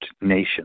nation